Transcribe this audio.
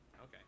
Okay